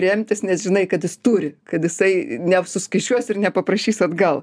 remtis nes žinai kad jis turi kad jisai neapsiskaičiuos ir nepaprašys atgal